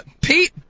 Pete